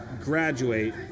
graduate